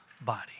body